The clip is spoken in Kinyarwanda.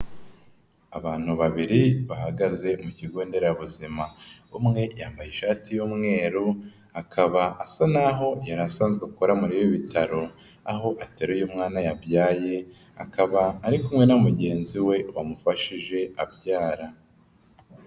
Abantu babiri bahagaze mu kigo nderabuzima. Umwe yambaye ishati y'umweru akaba asa naho yari asanzwe akora muri ibi bitaro, aho ateruye umwana yabyaye, akaba ari kumwe na mugenzi we wamufashije abyara.